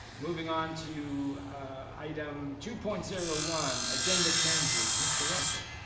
moving on to item two point zero one. agenda changes, mr. russel.